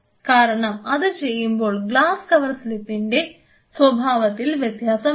കാരണം അത് ചെയ്യുമ്പോൾ ഗ്ലാസ്സ് കവർ സ്ലിപ്പിന്റെ സ്വഭാവത്തിൽ വ്യത്യാസം വരും